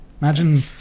Imagine